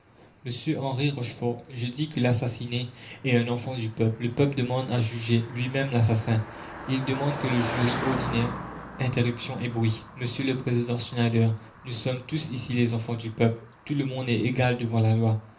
je dis que l'assassiné est un enfant du peuple le peuple demande à juger luimême l'assassin il demande que le jury ordinaire interruption et bruit m le président schneider nous sommes tous ici les enfants du peuple tout le monde est égal devant la loi